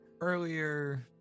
earlier